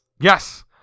Yes